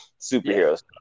superheroes